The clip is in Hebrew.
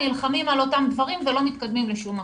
נלחמים על אותם דברים ולא מתקדמים לשום מקום.